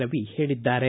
ರವಿ ಹೇಳಿದ್ದಾರೆ